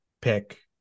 pick